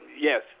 yes